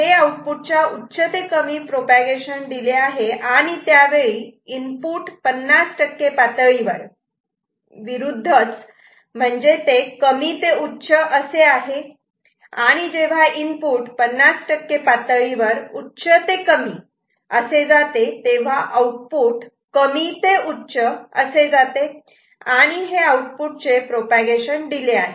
हे आउटपुटच्या उच्च ते कमी मधील प्रोपागेशन डिले आहे आणि त्यावेळी इनपुट 50 पातळीवर विरुद्ध म्हणजे कमी ते उच्च असे आहे आणि जेव्हा इनपुट 50 पातळीवर उच्च ते कमी असे जाते तेव्हा आउटपुट कमी ते उच्च असे जाते आणि हे आउटपुटचे प्रोपागेशन डिले आहे